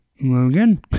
Logan